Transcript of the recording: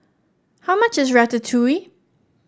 how much is Ratatouille